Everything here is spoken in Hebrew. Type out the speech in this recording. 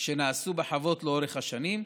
שנעשו בחוות לאורך השנים,